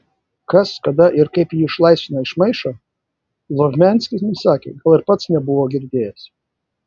kas kada ir kaip jį išlaisvino iš maišo lovmianskis nesakė gal ir pats nebuvo girdėjęs